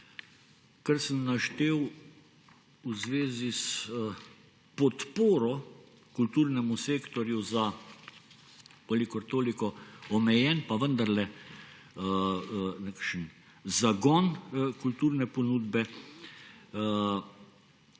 kar sem naštel v zvezi s podporo kulturnemu sektorju za kolikor toliko omejen, pa vendarle nekakšen zagon kulturne ponudbe,